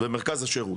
במרכז השירות